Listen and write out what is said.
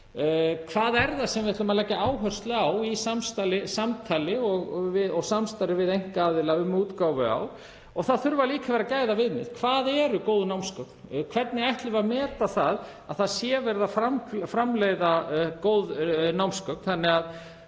Hvað er það sem við ætlum að leggja áherslu á í samtali og samstarfi við einkaaðila um útgáfu? Það þurfa líka að vera gæðaviðmið. Hvað eru góð námsgögn? Hvernig ætlum við að meta að það sé verið að framleiða góð námsgögn? Þannig að